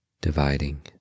dividing